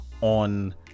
on